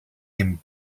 him